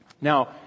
Now